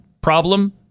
problem